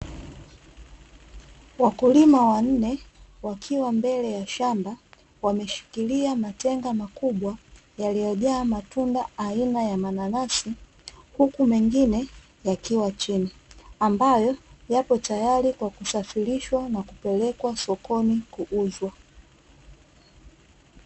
Wakulima wanne wakiwa mbele ya shamba, wameshikilia matenga makubwa yaliyojaa matunda aina ya mananasi, huku mengine yakiwa chini, ambayo yapo tayari kwa kusafirishwa na kupelekwa sokoni kuuzwa.